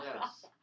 Yes